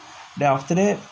then after that